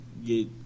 Get